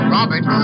Robert